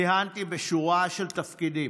כיהנתי בשורה של תפקידים.